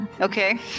Okay